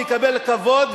בוא תכבד את המעמד.